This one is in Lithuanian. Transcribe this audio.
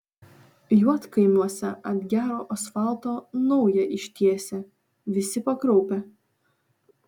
juodkaimiuose ant gero asfalto naują ištiesė visi pakraupę